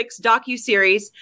docuseries